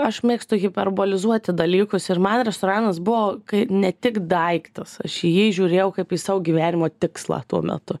aš mėgstu hiperbolizuoti dalykus ir man restoranas buvo kai ne tik daiktas aš į jį žiūrėjau kaip į savo gyvenimo tikslą tuo metu